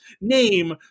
name